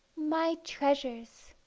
my treasures